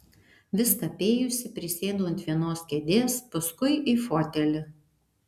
viską apėjusi prisėdau ant vienos kėdės paskui į fotelį